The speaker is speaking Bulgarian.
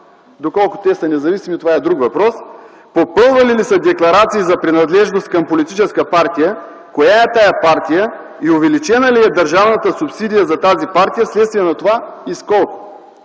(доколко те са независими, това е друг въпрос), попълвали ли са декларации за принадлежност към политическа партия, коя е тази партия и увеличена ли е държавната субсидия за тази партия вследствие на това и с колко?